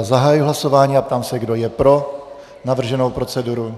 Zahajuji hlasování a ptám se, kdo je pro navrženou proceduru.